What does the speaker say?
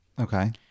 okay